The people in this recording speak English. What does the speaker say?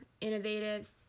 innovative